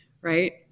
right